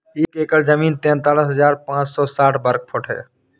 एक एकड़ जमीन तैंतालीस हजार पांच सौ साठ वर्ग फुट है